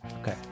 Okay